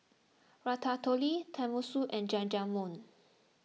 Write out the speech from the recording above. Ratatouille Tenmusu and Jajangmyeon